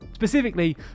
Specifically